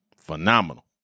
Phenomenal